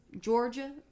Georgia